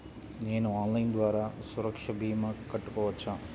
నేను ఆన్లైన్ ద్వారా సురక్ష భీమా కట్టుకోవచ్చా?